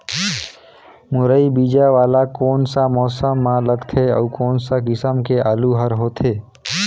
मुरई बीजा वाला कोन सा मौसम म लगथे अउ कोन सा किसम के आलू हर होथे?